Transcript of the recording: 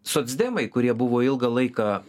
socdemai kurie buvo ilgą laiką